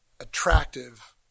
attractive